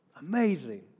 Amazing